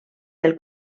del